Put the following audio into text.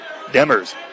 Demers